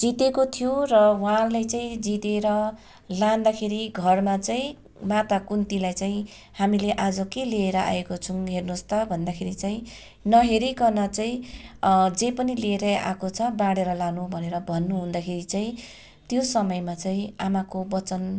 जितेको थियो र उहाँलाई चाहिँ जितेर लाँदाखेरि घरमा चाहिँ माता कुन्तीलाई चाहिँ हामीले आज के लिएर आएको छौँ हेर्नुहोस् त भन्दाखेरि चाहिँ नहेरीकन चाहिँ जे पनि लिएरै आएको छ बाँढेरै लानु भनेर भन्नु हुँदाखेरि चाहिँ त्यो समयमा चाहिँ आमाको वचन